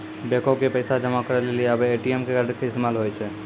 बैको मे पैसा जमा करै लेली आबे ए.टी.एम कार्ड इस्तेमाल होय छै